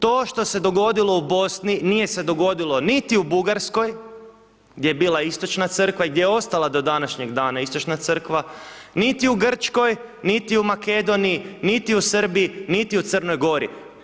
To što se dogodilo u Bosni nije se dogodilo niti u Bugarskoj, gdje je bila Istočna crkva, gdje je ostala do današnjeg dana Istočna crkva, niti u Grčkoj, niti U Makedoniji, niti u Srbiji niti u Crnoj Gori.